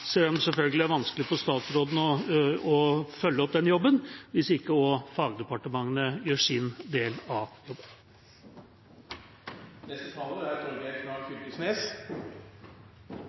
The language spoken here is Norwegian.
selvfølgelig er vanskelig for statsråden å følge opp den jobben hvis ikke også fagdepartementene gjør sin del av